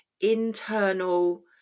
internal